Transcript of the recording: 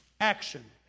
Action